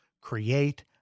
create